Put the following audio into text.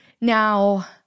Now